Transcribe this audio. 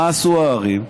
מה עשו הערים?